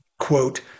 quote